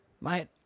Mate